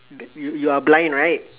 the you you are blind right